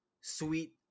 sweet